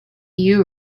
you